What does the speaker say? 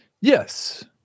Yes